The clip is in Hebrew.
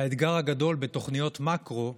והאתגר הגדול בתוכניות מקרו,